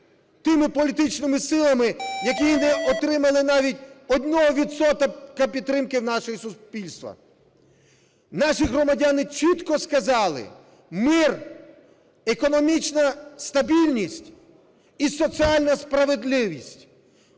тими політичними силами, які не отримали навіть одного відсотка підтримки у нашого суспільства. Наші громадяни чітко сказали: "Мир, економічна стабільність і соціальна справедливість".